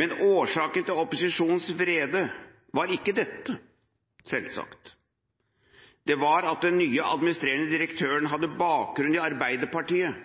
Men årsaken til opposisjonens vrede var ikke dette, selvsagt. Det var at den nye administrerende direktøren hadde bakgrunn i Arbeiderpartiet